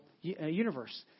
universe